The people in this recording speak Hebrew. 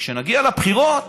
וכשנגיע לבחירות